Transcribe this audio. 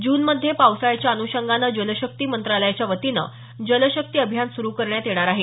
जून मध्ये पावसाळ्याच्या अनुषंगानं जलशक्ती मंत्रालयाच्यावतीनं जल शक्ती अभियान सुरू करण्यात येणार आहे